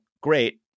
great